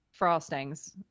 frostings